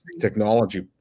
technology